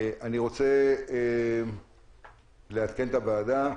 אני רוצה לעדכן את הוועדה.